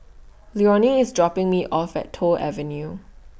Leonie IS dropping Me off At Toh Avenue